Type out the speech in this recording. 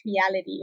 reality